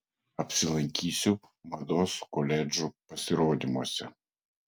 apsilankysiu mados koledžų pasirodymuose